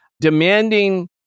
demanding